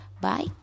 bye